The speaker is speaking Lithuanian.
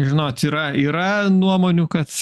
žinot yra yra nuomonių kad